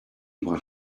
what